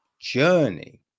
journey